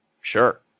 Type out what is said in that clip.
Sure